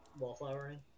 wallflowering